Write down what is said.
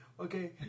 Okay